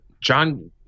John